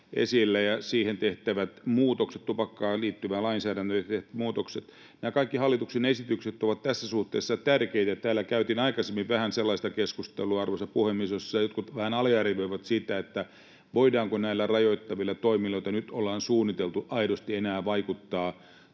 on tässä esillä tupakka ja tupakkaan liittyvään lainsäädäntöön tehtävät muutokset. Nämä kaikki hallituksen esitykset ovat tässä suhteessa tärkeitä. Täällä käytiin aikaisemmin vähän sellaista keskustelua, arvoisa puhemies, jossa jotkut vähän aliarvioivat sitä, voidaanko näillä rajoittavilla toimilla, joita nyt ollaan suunniteltu, aidosti enää vaikuttaa